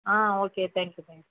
ah okay thank you thank you